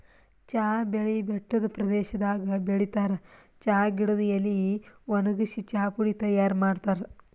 ಚಾ ಬೆಳಿ ಬೆಟ್ಟದ್ ಪ್ರದೇಶದಾಗ್ ಬೆಳಿತಾರ್ ಚಾ ಗಿಡದ್ ಎಲಿ ವಣಗ್ಸಿ ಚಾಪುಡಿ ತೈಯಾರ್ ಮಾಡ್ತಾರ್